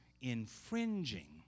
infringing